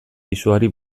pisuari